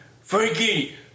Frankie